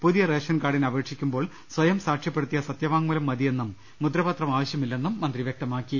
പുതിയ റേഷൻകാർഡിന് അപേ ക്ഷിക്കുമ്പോൾ സ്വയം സാക്ഷ്യപ്പെടുത്തിയ സത്യവാങ്മൂലം മതി യെന്നും മുദ്രപത്രം ആവശ്യമില്ലെന്നും മന്ത്രി പറഞ്ഞു